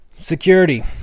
Security